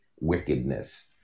wickedness